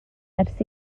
ers